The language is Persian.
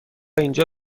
اینجا